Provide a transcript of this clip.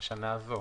השנה הזו.